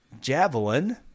javelin